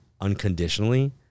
unconditionally